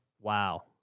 wow